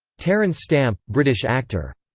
terence stamp, british actor.